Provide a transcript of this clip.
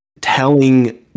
telling